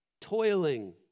toiling